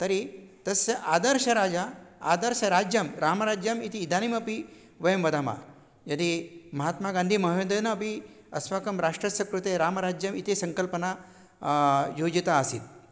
तर्हि तस्य आदर्शराजा आदर्शराज्यं रामराज्यम् इति इदानीमपि वयं वदामः यदि महात्मागान्दीमहोदयेन अपि अस्माकं राष्ट्रस्य कृते रामराज्यम् इति सङ्कल्पना योजिता आसीत्